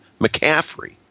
McCaffrey